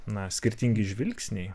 na skirtingi žvilgsniai